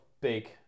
big